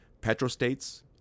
Petrostates